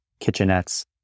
kitchenettes